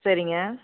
சரிங்க